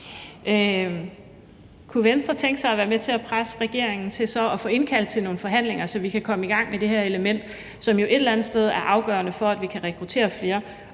kunne Venstre tænke sig at være med til at presse regeringen til at få indkaldt til nogle forhandlinger, så vi kan komme i gang med det her element, som jo et eller andet sted er afgørende for, at vi kan rekruttere flere